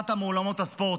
אתה באת מאולמות הספורט,